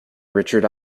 richard